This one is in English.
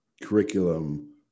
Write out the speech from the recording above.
curriculum